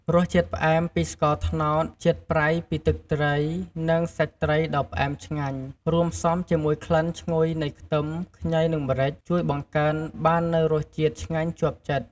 រសជាតិផ្អែមពីស្ករត្នោត ជាតិប្រៃពីទឹកត្រី និងសាច់ត្រីដ៏ផ្អែមឆ្ងាញ់ រួមផ្សំជាមួយក្លិនឈ្ងុយនៃខ្ទឹម ខ្ញី និងម្រេច ជួយបង្កើនបាននូវរសជាតិឆ្ងាញ់ជាប់ចិត្ត។